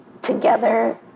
Together